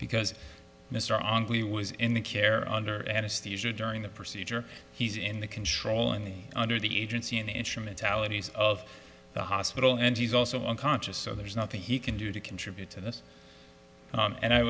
because mr on we was in the care under anesthesia during the procedure he's in the control and under the agency in instrumentalities of the hospital and he's also unconscious so there's nothing he can do to contribute to this and i